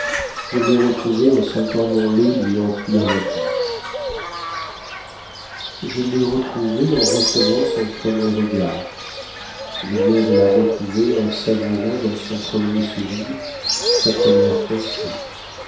je l'ai retrouvée en sentant mon lait lui emplir la bouche je l'ai retrouvée en recevant son premier regard je viens de la retrouver en savourant dans son premier sourire sa première pensée